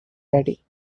ready